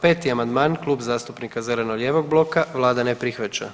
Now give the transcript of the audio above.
5. amandman Klub zastupnika zeleno-lijevog bloka, vlada ne prihvaća.